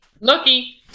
Lucky